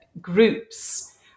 groups